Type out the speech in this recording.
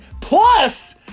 Plus